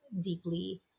deeply